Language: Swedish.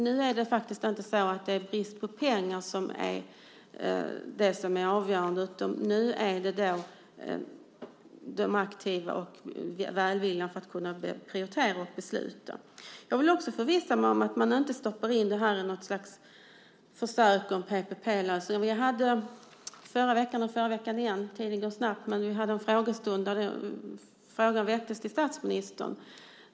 Nu är det faktiskt inte brist på pengar som är det avgörande, utan nu handlar det om välviljan att prioritera och besluta. Jag vill också förvissa mig om att man inte stoppar in det här i något slags försök med en PPP-lösning. Vi hade häromveckan en frågestund där frågan ställdes till statsministern.